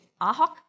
Ahok